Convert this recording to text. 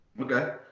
Okay